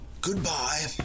Goodbye